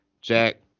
Jack